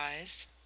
EYES